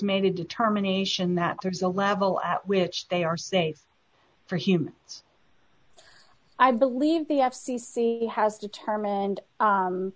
made a determination that there's a level at which they are safe for humans i believe the f c c has determined